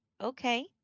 okay